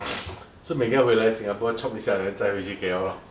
so 每个月要回来 singapore chop 一下 then 再回去 K_L lor